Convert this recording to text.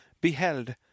beheld